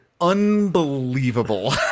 unbelievable